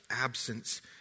absence